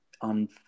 on